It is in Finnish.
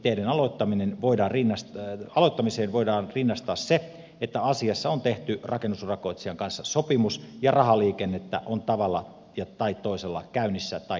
rakentamistoimenpiteiden aloittamiseen voidaan rinnastaa se että asiassa on tehty rakennusurakoitsijan kanssa sopimus ja rahaliikennettä on tavalla tai toisella käynnissä tai käynnistymässä